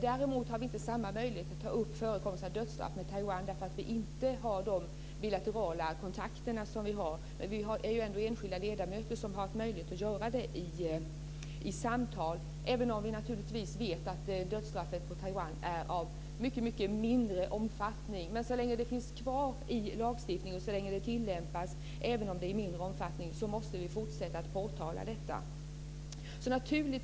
Däremot har vi inte samma möjlighet att ta upp förekomsten av dödsstraff med Taiwan eftersom vi inte har samma bilaterala kontakter där. Men det finns ändå enskilda ledamöter som har haft möjlighet att göra det i samtal. Vi vet naturligtvis att dödsstraffet i Taiwan är av mycket mindre omfattning. Men så länge det finns kvar i lagstiftningen och så länge det tillämpas, även om det är i mindre omfattning, måste vi fortsätta att påtala detta.